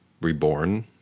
reborn